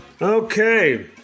Okay